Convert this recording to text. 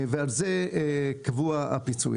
ועל זה קבוע הפיצוי.